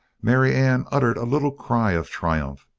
marianne uttered a little cry of triumph.